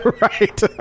right